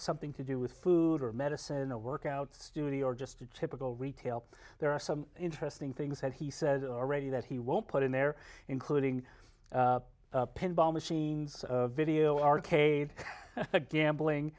something to do with food or medicine a workout studio or just a typical retail there are some interesting things that he said already that he won't put in there including pinball machines video arcade the gambling